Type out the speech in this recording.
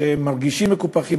שמרגישים מקופחים,